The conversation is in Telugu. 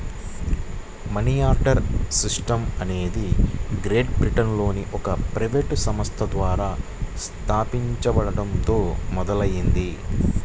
మనియార్డర్ సిస్టమ్ అనేది గ్రేట్ బ్రిటన్లోని ఒక ప్రైవేట్ సంస్థ ద్వారా స్థాపించబడటంతో మొదలైంది